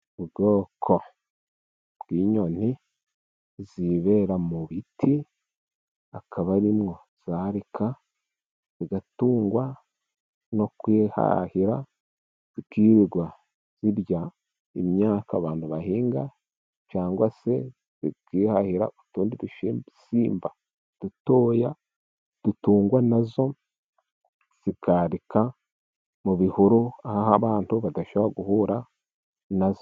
Ubwoko bw'inyoni zibera mu biti, akaba arimo zarika; zigatungwa no kwihahira, zikirirwa zirya imyaka abantu bahinga, cyangwa se zikihahira utundi dusimba dutoya dutungwa nazo, zikarika mu bihuru aho abantu badashobora guhura na zo.